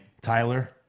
Tyler